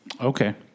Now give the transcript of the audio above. Okay